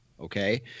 okay